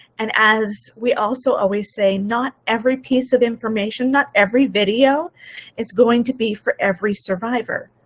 and as we also always say, not every piece of information, not every video is going to be for every survivor.